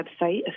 website